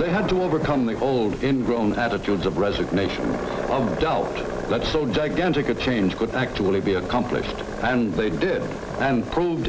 they had to overcome the old in grown attitudes of resignation of an adult that so gigantic a change could actually be accomplished and they did and prove